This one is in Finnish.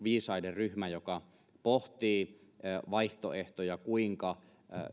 ryhmä joka pohtii niitä vaihtoehtoja kuinka